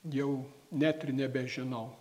jau net ir nebežinau